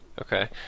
Okay